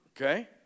okay